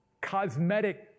cosmetic